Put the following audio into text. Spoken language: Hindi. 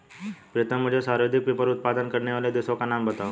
प्रीतम मुझे सर्वाधिक पेपर उत्पादन करने वाले देशों का नाम बताओ?